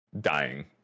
dying